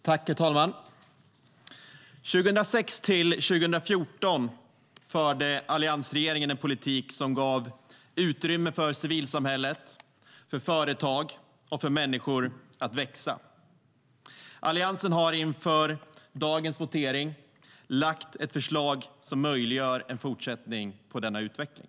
Herr talman! Åren 2006-2014 förde alliansregeringen en politik som gav utrymme för civilsamhället, för företag och för människor att växa. Alliansen har inför dagens votering lagt fram ett förslag som möjliggör en fortsättning på denna utveckling.